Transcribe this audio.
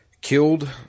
killed